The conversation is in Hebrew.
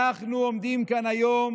אנחנו עומדים כאן היום